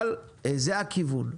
אבל זה הכיוון.